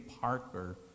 Parker